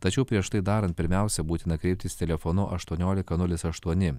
tačiau prieš tai darant pirmiausia būtina kreiptis telefonu aštuoniolika nulis aštuoni